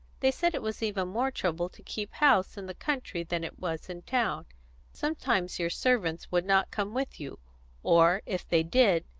they said it was even more trouble to keep house in the country than it was in town sometimes your servants would not come with you or, if they did,